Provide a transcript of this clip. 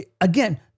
Again